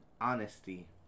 honesty